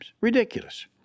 Ridiculous